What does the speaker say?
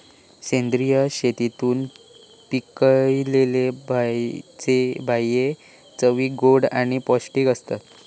सेंद्रिय शेतीतून पिकयलले भाजये चवीक गोड आणि पौष्टिक आसतत